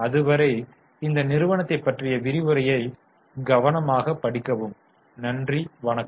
அதுவரை இந்த நிறுவனத்தை பற்றிய விரிவுரையை கவனமாக படிக்கவும் நன்றி வணக்கம்